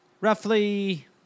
roughly